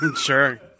Sure